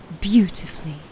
beautifully